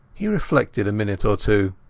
he reflected a minute or two.